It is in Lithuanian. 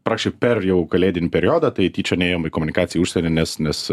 prašė per jau kalėdinį periodą tai tyčia neėjom į komunikaciją į užsienį nes nes